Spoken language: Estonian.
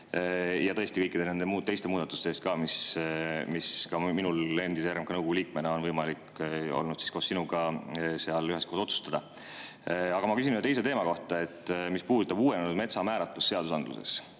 [aitäh] ka kõikide teiste muudatuste eest, mida ka minul endise RMK nõukogu liikmena on võimalik olnud koos sinuga seal üheskoos otsustada. Aga ma küsin ühe teise teema kohta. See puudutab uuenenud metsa määratlust seadusandluses.